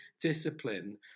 discipline